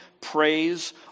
praise